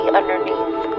underneath